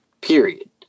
Period